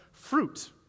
fruit